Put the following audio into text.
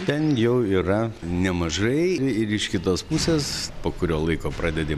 ten jau yra nemažai ir iš kitos pusės po kurio laiko pradedi